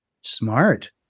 Smart